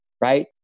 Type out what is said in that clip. right